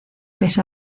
pese